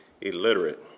illiterate